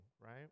right